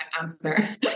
answer